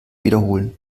wiederholen